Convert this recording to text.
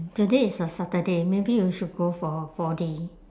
today is a saturday maybe you should go for four D